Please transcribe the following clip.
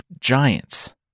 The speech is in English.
giants